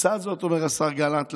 אומר השר גלנט,